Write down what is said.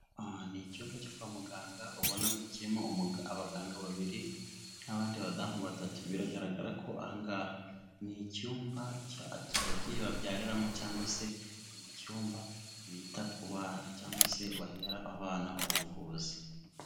Aha ni icyumba cyo kwa muganga, ubona kirimo abaganga babiri n'abandi badamu batatu, biragaragara ko aha ngaha, ni icyumba ababyeyi babyariramo cyangwa se ni icyuyumba bita ku bana cyangwa se bahera abana ubuvuzi.